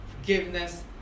forgiveness